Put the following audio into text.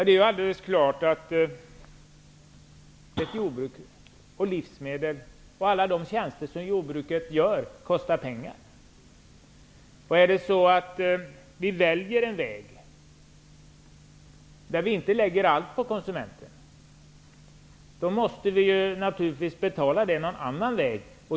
Det är alldeles självklart att livsmedel och alla de tjänster som jordbruket gör kostar pengar. Om vi väljer en väg där inte allt läggs på konsumenten, måste kostnaderna givetvis betalas på något annat sätt.